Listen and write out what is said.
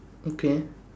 okay